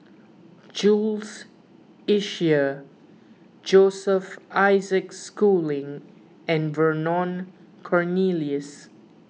Jules Itier Joseph Isaac Schooling and Vernon Cornelius